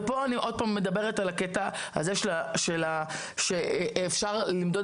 ופה אני מדברת על הקטע שאפשר למדוד